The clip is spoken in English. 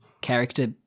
character